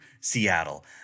Seattle